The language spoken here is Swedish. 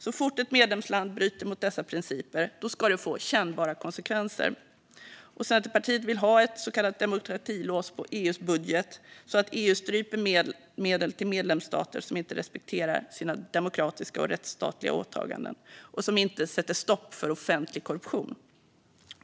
Så fort ett medlemsland bryter mot dessa principer ska det få kännbara konsekvenser. Centerpartiet vill ha ett så kallat demokratilås på EU:s budget, så att EU stryper medel till medlemsstater som inte respekterar sina demokratiska och rättsstatliga åtaganden och som inte sätter stopp för offentlig korruption.